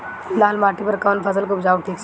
लाल माटी पर कौन फसल के उपजाव ठीक हो सकेला?